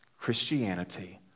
Christianity